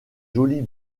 jolis